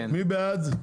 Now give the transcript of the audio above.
מי בעד?